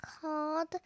called